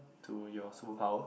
to your superpower